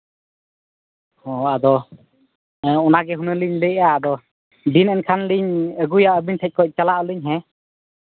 ᱚᱻ ᱟᱫᱚ ᱦᱮᱸ ᱚᱱᱟ ᱜᱮ ᱦᱩᱱᱟᱹᱜ ᱞᱤᱧ ᱞᱟᱹᱭ ᱮᱜᱼᱟ ᱟᱫᱚ ᱫᱤᱱ ᱮᱱᱠᱷᱟᱱ ᱞᱤᱧ ᱟᱹᱜᱩᱭᱟ ᱟᱹᱵᱤᱱ ᱴᱷᱮᱡ ᱠᱷᱚᱡ ᱪᱟᱞᱟᱜ ᱟᱹᱞᱤᱧ ᱦᱮᱸ